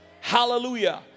Hallelujah